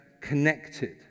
connected